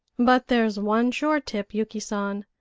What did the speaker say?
but there's one sure tip, yuki san,